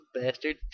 bastard